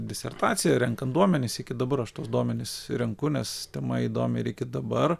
disertaciją renkant duomenis iki dabar aš tuos duomenis renku nes tema įdomi ir iki dabar